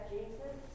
Jesus